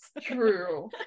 true